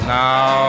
now